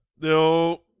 no